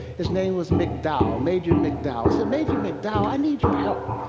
his name was mcdow, major mcdow. i said, major mcdow, i need your help.